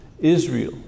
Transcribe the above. Israel